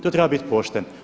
Tu treba biti pošten.